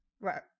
Right